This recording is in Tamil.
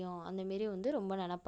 அந்த மாரி வந்து ரொம்ப நினப்பாங்க